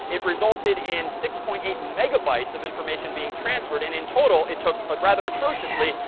it resulted in six point eight megabytes of information being transferred. and in total, it took a rather atrociously,